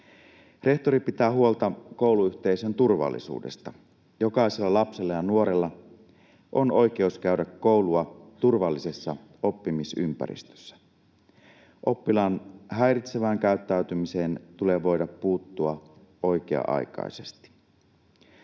Rehtori pitää huolta kouluyhteisön turvallisuudesta. Jokaisella lapsella ja nuorella on oikeus käydä koulua turvallisessa oppimisympäristössä. Oppilaan häiritsevään käyttäytymiseen tulee voida puuttua oikea-aikaisesti.